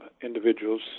individuals